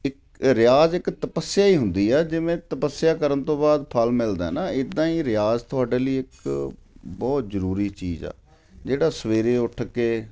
ਇੱਕ ਰਿਆਜ਼ ਇੱਕ ਤਪੱਸਿਆ ਹੀ ਹੁੰਦੀ ਆ ਜਿਵੇਂ ਤਪੱਸਿਆ ਕਰਨ ਤੋਂ ਬਾਅਦ ਫਲ ਮਿਲਦਾ ਹੈ ਨਾ ਇੱਦਾਂ ਹੀ ਰਿਆਜ਼ ਤੁਹਾਡੇ ਲਈ ਇੱਕ ਬਹੁਤ ਜ਼ਰੂਰੀ ਚੀਜ਼ ਆ ਜਿਹੜਾ ਸਵੇਰੇ ਉੱਠ ਕੇ